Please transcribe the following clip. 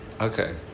Okay